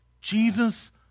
Jesus